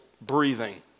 breathing